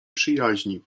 przyjaźni